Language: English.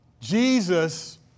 Jesus